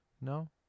No